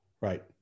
Right